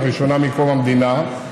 לראשונה מקום המדינה,